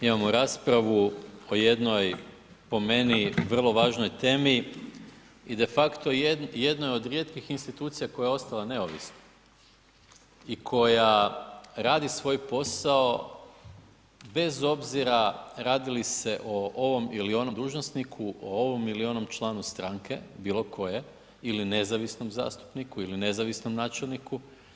Imamo raspravu o jednoj, po meni vrlo važnoj temi i de facto jedna je od rijetkih institucija koja je ostala neovisna i koja radi svoj posao bez obzira radi li se o ovom ili onom dužnosniku, o ovom ili onom članu stranku, bilo koje ili nezavisnom zastupniku ili nezavisnom načelniku.